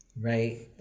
right